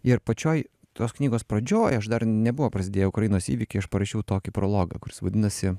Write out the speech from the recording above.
ir pačioj tos knygos pradžioj aš dar nebuvo prasidėję ukrainos įvykiai aš parašiau tokį prologą kuris vadinasi